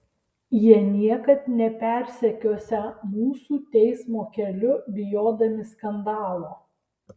jie niekad nepersekiosią mūsų teismo keliu bijodami skandalo